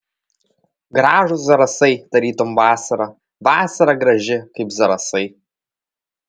gražūs zarasai tarytum vasara vasara graži kaip zarasai